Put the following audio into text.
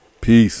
Peace